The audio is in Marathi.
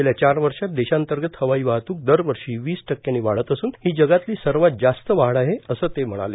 गेल्या चार वर्षात देशांतर्गत हवाई वाहतूक दरवर्षी वीस टक्क्यांनी वाढत असून ही जगातली सर्वात जास्त वाढ आहे असं ते म्हणाले